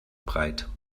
breit